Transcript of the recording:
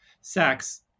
sex